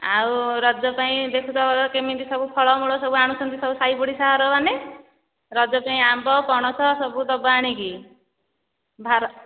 ଆଉ ରଜ ପାଇଁ ଦେଖୁଛ କେମିତି ସବୁ ଫଳମୂଳ ସବୁ ଆଣୁଛନ୍ତି ସବୁ ସାଇପଡ଼ିଶା ଘର ମାନେ ରଜ ପାଇଁ ଆମ୍ବ ପଣସ ସବୁ ଦେବ ଆଣିକି ଭାର